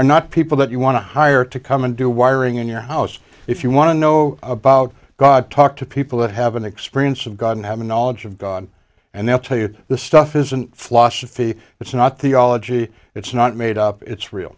or not people that you want to hire to come and do wiring in your house if you want to know about god talk to people that have an experience of god and have a knowledge of god and they'll tell you the stuff isn't flush iffy it's not theology it's not made up it's real